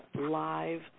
live